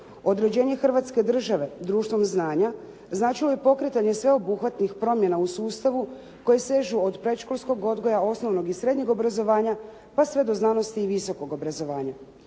Određenje Hrvatske države društvom znanja značilo je pokretanje sveobuhvatnih promjena u sustavu koje sežu od predškolskog odgoja, osnovnog i srednjeg obrazovanja pa sve do znanosti i visokog obrazovanja.